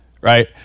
right